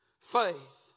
faith